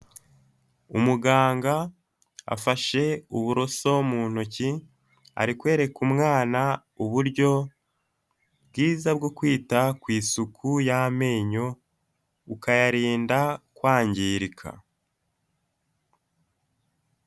Umuganga afashe uburoso mu ntoki, ari kwereka umwana uburyo bwiza bwo kwita ku isuku y'amenyo, ukayarinda kwangirika.